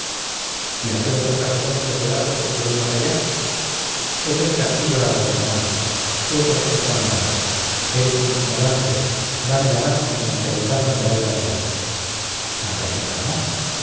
y aquel otro caserón hecho pedazos que se ve más allá es el castillo árabe romano foudre et tonnerre eres un ignorante dame la mano que san cayetano me baila delante san cayetano